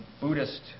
Buddhist